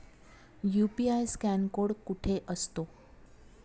UPI scan code कुठे असतो?